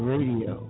Radio